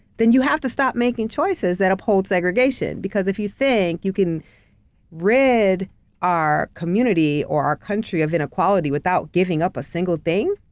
then you have to stop making choices that uphold segregation, because if you think you can rid our community, or our country of inequality without giving up a single thing,